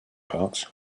parts